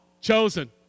chosen